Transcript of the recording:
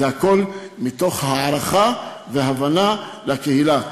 זה הכול מתוך הערכה והבנה לקהילה.